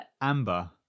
Amber